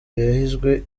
yahizwe